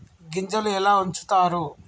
గింజలు ఎలా ఉంచుతారు?